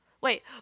Wait